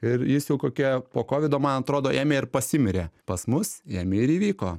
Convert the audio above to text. ir jis jau kokia po kovido man atrodo ėmė ir pasimirė pas mus ėmė ir įvyko